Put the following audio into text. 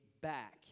back